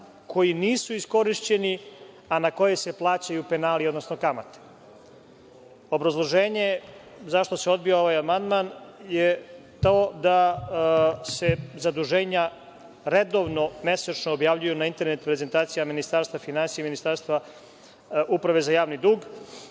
koji nisu iskorišćeni, a na koje se plaćaju penali, odnosno kamate. Obrazloženje zašto se odbija ovaj amandman je to da se zaduženja redovno, mesečno objavljuju na internet prezentacija Ministarstva finansija i Uprave za javni dug.